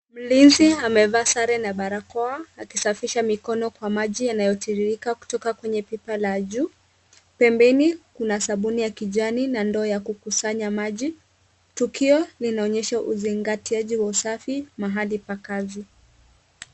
Mlinzi amevaa sare na barakoa, akisafisha mikono kwa maji yanayotiririka kutoka kwenye pipa la juu. Pembeni kuna sabuni ya kijani na ndoo ya kukusanya maji. Tukio linaonyesha uzingatiaji wa usafi, mahali pa kazi.